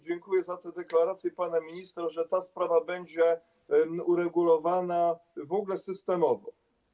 Dziękuję za deklaracje pana ministra, że ta sprawa będzie uregulowana w ogóle systemowo.